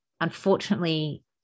Unfortunately